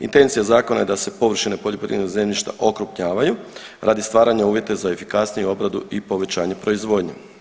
Intencija Zakona je da se površine poljoprivrednog zemljišta okrupnjavaju radi stvaranja uvjeta za efikasniju obradu i povećanje proizvodnje.